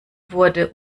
wurde